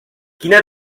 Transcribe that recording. quina